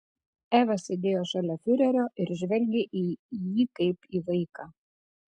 eva sėdėjo šalia fiurerio ir žvelgė į jį kaip į vaiką